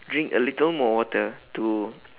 drink a little more water to